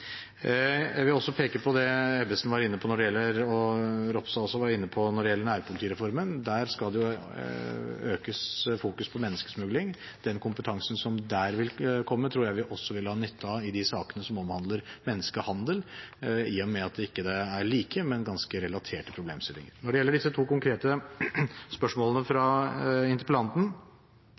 Jeg vil også peke på det Ebbesen var inne på når det gjelder nærpolitireformen. Ropstad var også inne på det. Der skal man i økt grad fokusere på menneskesmugling, og den kompetansen som der vil komme, tror jeg vi også vil ha nytte av i de sakene som omhandler menneskehandel. Sakene er ikke like, men det er ganske relaterte problemstillinger. Til disse to konkrete spørsmålene fra interpellanten: